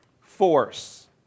Force